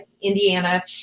Indiana